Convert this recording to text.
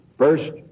First